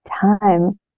time